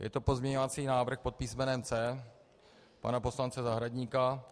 Je to pozměňovací návrh pod písmenem C pana poslance Zahradníka.